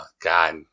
god